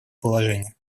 положения